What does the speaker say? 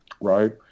Right